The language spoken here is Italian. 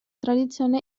tradizione